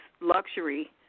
luxury